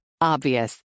Obvious